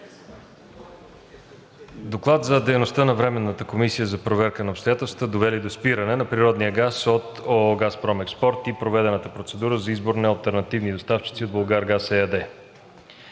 „ДОКЛАД за дейността на Временната комисия за проверка на обстоятелствата, довели до спиране на природния газ от ООО „Газпром Експорт“, и проведената процедура за избор на алтернативни доставчици от „Булгаргаз“ ЕАД